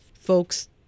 folks